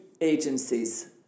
agencies